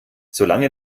solange